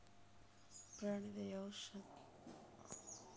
ಪ್ರಾಣಿ ದಯಾ ಸಂಘದ ಔಪಚಾರಿಕ ಮಾನದಂಡಗಳು ಸಂದರ್ಭಗಳನ್ನು ಆಧರಿಸಿ ಬದಲಾಗುತ್ತವೆ